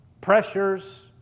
pressures